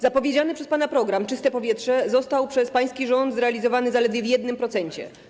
Zapowiedziany przez pana program „Czyste powietrze” został przez pański rząd zrealizowany zaledwie w 1%.